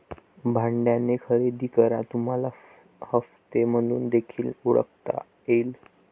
भाड्याने खरेदी करा तुम्हाला हप्ते म्हणून देखील ओळखता येईल